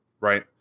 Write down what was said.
right